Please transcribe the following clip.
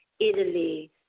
Italy